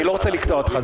אני לא רוצה לקטוע אותך,